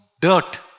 dirt